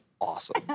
awesome